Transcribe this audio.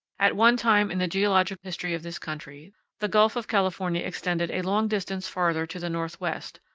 at one time in the geologic history of this country the gulf of california extended a long distance farther to the northwest,